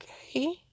okay